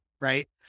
right